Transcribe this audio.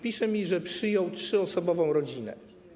Pisze mi, że przyjął trzyosobową rodzinę.